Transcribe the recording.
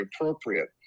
appropriate